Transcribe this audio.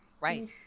right